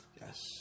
Yes